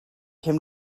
him